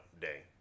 day